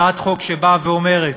הצעת החוק באה ואומרת,